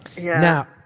now